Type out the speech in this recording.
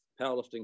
powerlifting